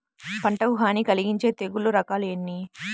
పంటకు హాని కలిగించే తెగుళ్ళ రకాలు ఎన్ని?